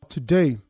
Today